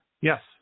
Yes